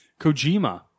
Kojima